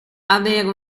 avere